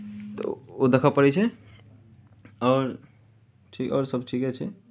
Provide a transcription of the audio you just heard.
तऽ ओ ओ देखय पड़ैत छै आओर ठीक आओरसभ ठीके छै